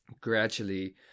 gradually